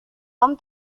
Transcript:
tom